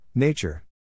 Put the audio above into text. Nature